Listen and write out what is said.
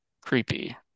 creepy